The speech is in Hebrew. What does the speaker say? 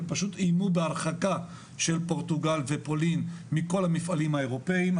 ופשוט איימו בהרחקה של פורטוגל ופולין מכל המפעלים האירופאיים.